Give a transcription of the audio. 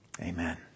Amen